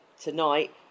tonight